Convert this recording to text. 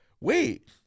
Wait